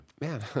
Man